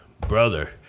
Brother